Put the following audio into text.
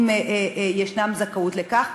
אם ישנה זכאות לכך.